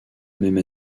même